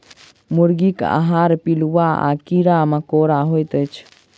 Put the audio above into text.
मुर्गीक आहार पिलुआ आ कीड़ा मकोड़ा होइत अछि